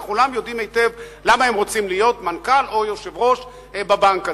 וכולם יודעים היטב למה הם רוצים להיות מנכ"ל או יושב-ראש בבנק הזה.